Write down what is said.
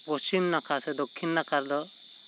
ᱯᱚᱥᱪᱷᱤᱢ ᱱᱟᱠᱷᱟ ᱥᱮ ᱫᱚᱠᱷᱤᱱ ᱱᱟᱠᱷᱟ ᱫᱚ